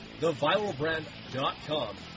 theviralbrand.com